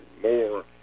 more